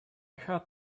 had